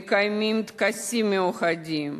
מקיימים טקסים מיוחדים,